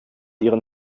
ihren